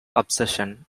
obsession